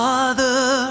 Father